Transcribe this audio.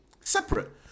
separate